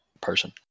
person